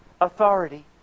authority